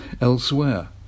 elsewhere